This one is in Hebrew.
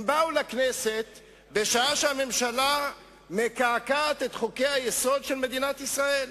הם באו לכנסת בשעה שהממשלה מקעקעת את חוקי-היסוד של מדינת ישראל.